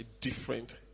different